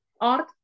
art